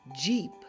Jeep